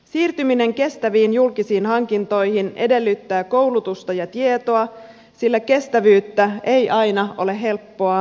siirtyminen kestäviin julkisiin hankintoihin edellyttää koulutusta ja tietoa sillä kestävyyttä ei aina ole helppo mitata